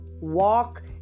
walk